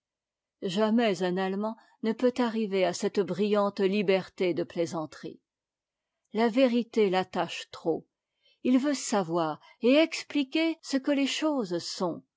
jamais un allemand ne peut arriver a cette trittante liberté de plaisanterie la vérité l'attache trop il veut savoir et expliquer ce que les choses sont